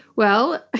well,